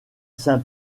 saint